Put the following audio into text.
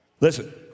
listen